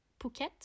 phuket